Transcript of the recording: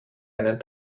einen